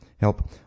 help